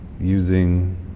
using